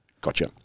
gotcha